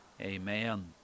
amen